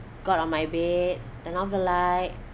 got on my bed turn off the light